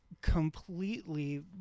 completely